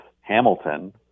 Hamilton